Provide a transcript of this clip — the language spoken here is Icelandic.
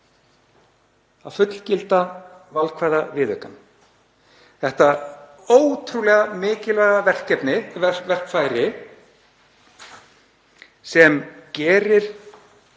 að fullgilda valkvæða viðaukann, þetta ótrúlega mikilvæga verkfæri sem gerir